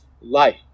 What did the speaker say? life